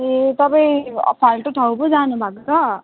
ए तपाईँ फाल्टो ठाउँ पो जानु भएको छ